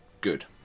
good